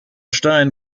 stein